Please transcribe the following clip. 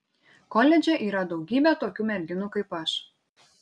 koledže yra daugybė tokių merginų kaip aš